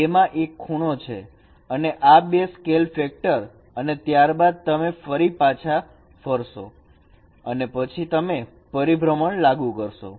A માં એક ખૂણો છે અને આ બે સ્કેલ ફેક્ટર અને ત્યારબાદ ફરી મેત પાછા ફરશો અને પછી તમે પરિભ્રમણ લાગુ કરશો